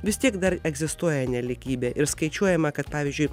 vis tiek dar egzistuoja nelygybė ir skaičiuojama kad pavyzdžiui